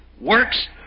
works